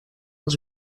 els